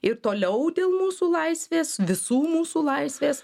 ir toliau dėl mūsų laisvės visų mūsų laisvės